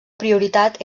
prioritat